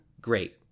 Great